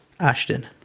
Ashton